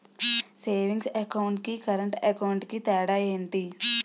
Savings account కి current account కి తేడా ఏమిటి?